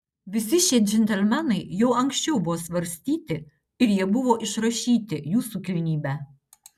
visi šie džentelmenai jau anksčiau buvo svarstyti ir jie buvo išrašyti jūsų kilnybe